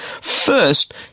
First